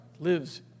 lives